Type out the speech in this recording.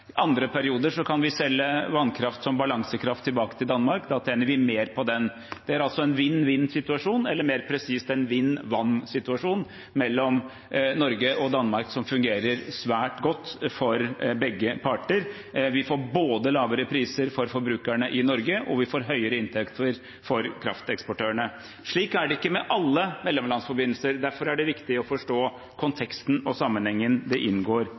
I andre perioder kan vi selge vannkraft som balansekraft tilbake til Danmark, og da tjener vi mer på den. Det er altså en vinn-vinn-situasjon – eller mer presist: en vind-vann-situasjon – mellom Norge og Danmark, som fungerer svært godt for begge parter. Vi får både lavere priser for forbrukerne i Norge og høyere inntekter for krafteksportørene. Slik er det ikke med alle mellomlandsforbindelser. Derfor er det viktig å forstå konteksten og sammenhengen det inngår